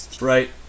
Right